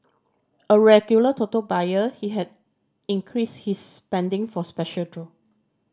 a regular Toto buyer he had increased his spending for special draw